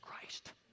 christ